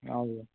हजुर